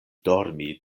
dormi